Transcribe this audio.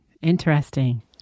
Interesting